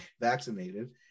vaccinated